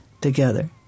together